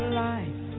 life